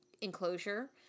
enclosure